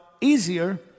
easier